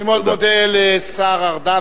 אני מאוד מודה לשר ארדן,